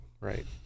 right